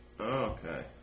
okay